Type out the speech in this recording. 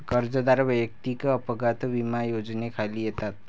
कर्जदार वैयक्तिक अपघात विमा योजनेखाली येतात